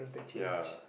ya